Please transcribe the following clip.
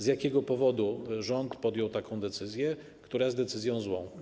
Z jakiego powodu rząd podjął taką decyzję, która jest decyzją złą?